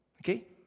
okay